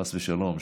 חס ושלום,